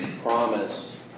promise